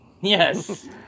Yes